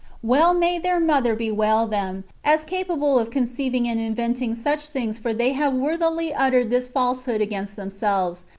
well may their mother bewail them, as capable of con ceiving and inventing such things for they have worthily uttered this falsehood against themselves,